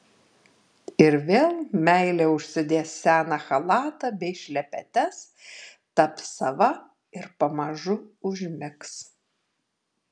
ir vėl meilė užsidės seną chalatą bei šlepetes taps sava ir pamažu užmigs